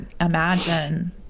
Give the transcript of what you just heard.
imagine